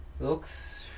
Looks